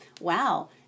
Wow